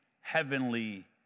heavenly